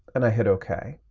and i hit ok.